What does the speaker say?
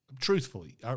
Truthfully